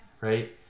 Right